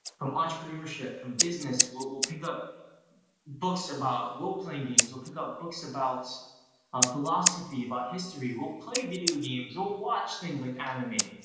from entrepreneurship. from business. we'll we'll pick up books about role-playing games. or pick up books about philosophy. about history. we'll play video games. or watch things like anime.